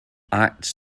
acts